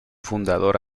fundador